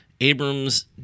Abrams